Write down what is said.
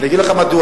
אני אגיד לך מדוע,